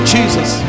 Jesus